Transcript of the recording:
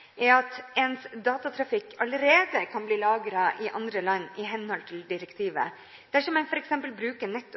er at ens datatrafikk allerede kan bli lagret i andre land i henhold til direktivet dersom en f.eks. bruker